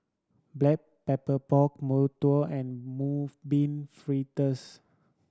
Black Pepper Pork mantou and Mung Bean Fritters